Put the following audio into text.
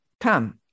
Come